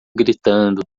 gritando